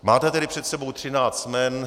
Máte tedy před sebou třináct jmen.